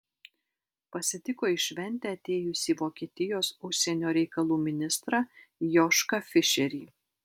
pasitiko į šventę atėjusį vokietijos užsienio reikalų ministrą jošką fišerį